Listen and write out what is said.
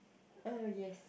uh yes